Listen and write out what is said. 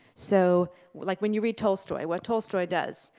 so like when you read tolstoy, what tolstoy does,